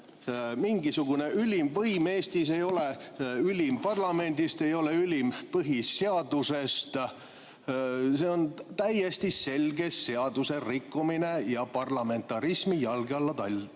mingisugune ülim võim Eestis, te ei ole ülim parlamendist, te ei ole ülim põhiseadusest. See on täiesti selge seaduse rikkumine ja parlamentarismi jalge alla